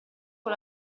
con